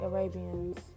Arabians